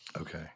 Okay